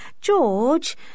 George